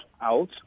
out